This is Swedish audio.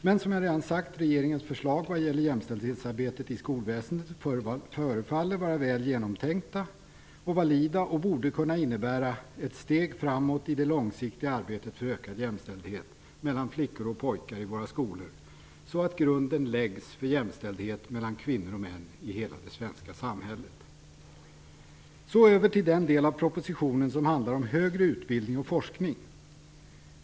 Men, som jag redan har sagt, regeringens förslag vad gäller jämställdhetsarbetet i skolväsendet förefaller vara väl genomtänkta och valida och borde kunna innebära ett steg framåt i det långsiktiga arbetet för ökad jämställdhet mellan flickor och pojkar i våra skolor, så att grunden läggs för jämställdhet mellan kvinnor och män i hela det svenska samhället. Så över till den del av propositionen som handlar om högre utbildning och forskning.